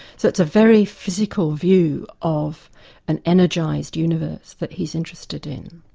so it's a very physical view of an energised universe that he's interested in.